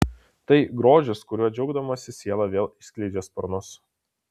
tai grožis kuriuo džiaugdamasi siela vėl išskleidžia sparnus